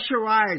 pressurize